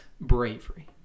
bravery